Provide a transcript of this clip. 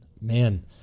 Man